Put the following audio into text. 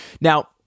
Now